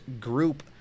group